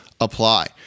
apply